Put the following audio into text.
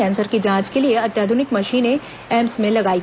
cancer की जांच के लिए अत्याधुनिक मशीनें एम्स में लगाई गई हैं